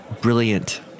brilliant